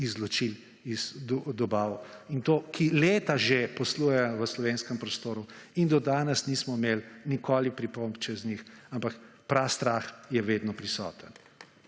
izločili iz dobav in to, ki leta že poslujejo v slovenskem prostoru in do danes nismo imeli nikoli pripomb čez njih, ampak prastrah je vedno prisoten.